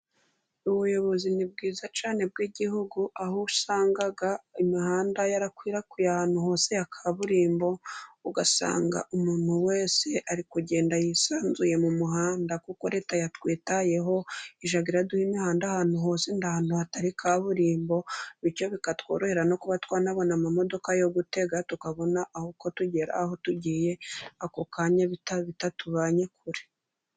Ubuyobozi ni bwiza cyane bw'igihugu aho usanga imihanda yarakwirakwiye ahantu hose ya kaburimbo, ugasanga umuntu wese ari kugenda yisanzuye mu muhanda kuko Leta yatwitayeho ijya iraduha imihanda ahantu hose nta hantu hatari kaburimbo, bityo bikatworohera no kuba twanabona amamodoka yo gutega, tukabona aho uko tugera aho tugiye ako kanya bitatubanye kure.